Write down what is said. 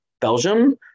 belgium